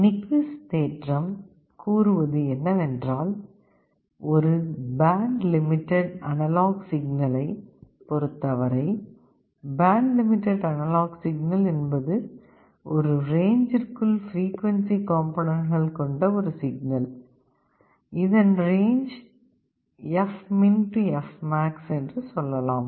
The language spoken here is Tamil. நிக்விஸ்ட் தேற்றம் கூறுவது என்னவென்றால் ஒரு பேண்ட் லிமிடெட் அனலாக் சிக்னலைப் பொறுத்தவரை பேண்ட் லிமிடெட் அனலாக் சிக்னல் என்பது ஒரு ரேஞ்ச்ற்குள் பிரிக்குவன்சி காம்போனன்ட்கள் கொண்ட ஒரு சிக்னல் ஆகும் இதன் ரேஞ்ச் fmin to fmax என்று சொல்லலாம்